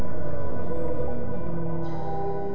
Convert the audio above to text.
or